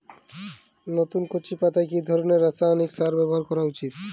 নতুন কচি পাতায় কি ধরণের রাসায়নিক সার ব্যবহার করা উচিৎ?